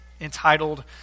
entitled